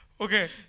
Okay